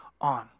on